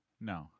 no